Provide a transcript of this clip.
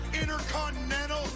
Intercontinental